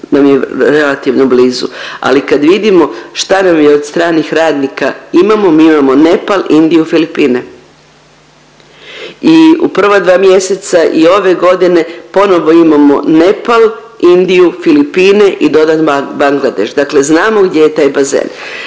nam je relativno blizu ali kad vidimo šta nam je od stranih radnika imamo. Mi imamo Nepal, Indiju, Filipine. I u prva dva mjeseca i ove godine ponovno imamo Nepal, Indiju, Filipine i dodan Bangladeš. Dakle znamo gdje je taj bazen.